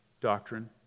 doctrine